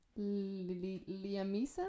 Liamisa